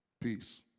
peace